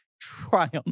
triumph